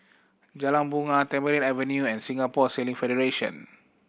Jalan Bungar Tamarind Avenue and Singapore Sailing Federation